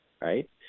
Right